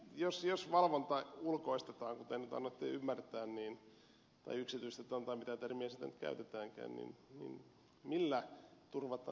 toisekseen jos valvonta ulkoistetaan kuten nyt annatte ymmärtää tai yksityistetään tai mitä termiä siitä nyt käytetäänkään millä turvataan sen valvonta